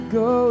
go